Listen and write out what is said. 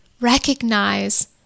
recognize